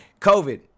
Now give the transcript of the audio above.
COVID